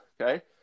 okay